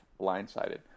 blindsided